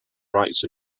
rights